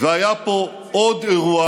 הצעירים קורסים, והיה פה עוד אירוע.